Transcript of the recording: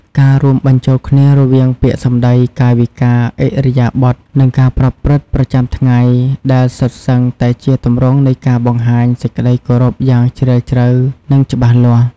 ការរួមបញ្ចូលគ្នារវាងពាក្យសម្ដី កាយវិការ ឥរិយាបថ និងការប្រព្រឹត្តប្រចាំថ្ងៃ ដែលសុទ្ធសឹងតែជាទម្រង់នៃការបង្ហាញសេចក្តីគោរពយ៉ាងជ្រាលជ្រៅ និងច្បាស់លាស់។